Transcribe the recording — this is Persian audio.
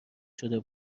شده